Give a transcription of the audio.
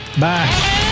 Bye